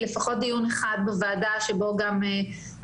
היה לפחות דיון אחד בוועדה שבו גם כבוד